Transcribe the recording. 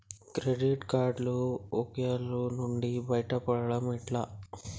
Credit కార్డుల బకాయిల నుండి బయటపడటం ఎట్లా?